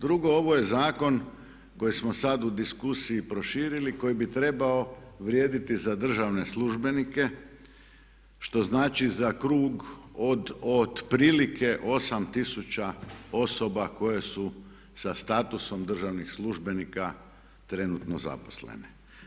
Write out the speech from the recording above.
Drugo ovo je zakon koji smo sada u diskusiji proširili koji bi trebao vrijediti za državne službenike što znači za krug od otprilike 8 tisuća osoba koje su sa statusom državnih službenika trenutno zaposlene.